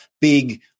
big